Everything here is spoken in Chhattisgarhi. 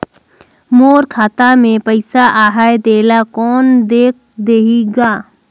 मोर खाता मे पइसा आहाय तेला कोन देख देही गा?